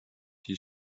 his